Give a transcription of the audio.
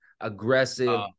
aggressive